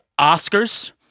Oscars